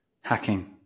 hacking